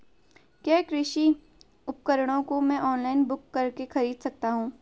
क्या कृषि उपकरणों को मैं ऑनलाइन बुक करके खरीद सकता हूँ?